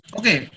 okay